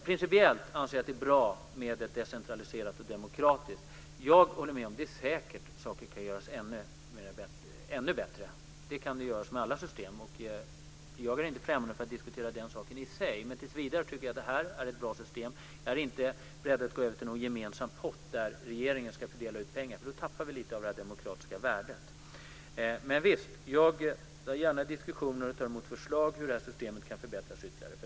Principiellt anser jag att det är bra med ett decentraliserat och demokratiskt system. Jag håller med om att saker säkert kan göras ännu bättre. Det kan man göra i alla system. Jag är inte främmande för att diskutera den saken i sig. Men tills vidare tycker jag att det här är ett bra system. Jag är inte beredd att gå över till någon gemensam pott där regeringen ska fördela pengar. Då tappar vi lite av det demokratiska värdet. Men jag deltar gärna i diskussioner och tar emot förslag till hur det här systemet kan förbättras ytterligare.